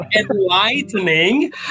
enlightening